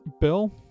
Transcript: Bill